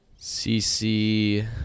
CC